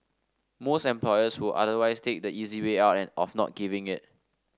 most employers will otherwise take the easy way out and of not giving it